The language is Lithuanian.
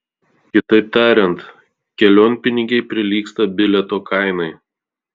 kitaip tariant kelionpinigiai prilygsta bilieto kainai